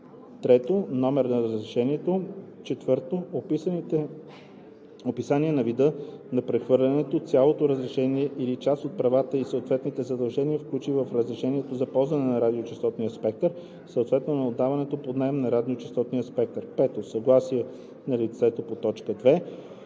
наем; 3. номер на разрешението; 4. описание на вида на прехвърлянето – цялото разрешение или част от правата и съответните задължения, включени в разрешение за ползване на радиочестотен спектър, съответно на отдаването под наем на радиочестотен спектър; 5. съгласие на лицето по т. 2;